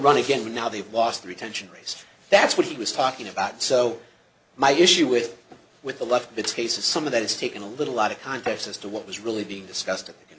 run again now they've lost the retention race that's what he was talking about so my issue with with the left it's case of some of that is taken a little out of context as to what was really being discussed